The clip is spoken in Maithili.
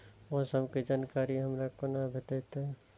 मौसम के जानकारी हमरा केना भेटैत?